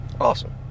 Awesome